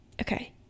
okay